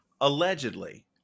Allegedly